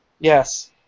Yes